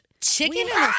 chicken